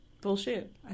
Bullshit